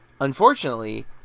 unfortunately